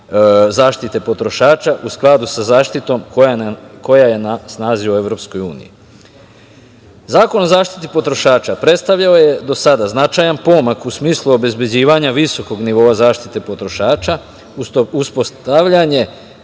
zaštite potrošača u skladu sa zaštitom koja je na snazi u Evropskoj uniji. Zakon o zaštiti potrošača predstavljao je do sada značajan pomak u smislu obezbeđivanja visokog nivoa zaštite potrošača, uspostavljanje